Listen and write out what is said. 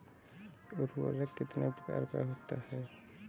उर्वरक कितने प्रकार का होता है?